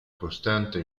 costante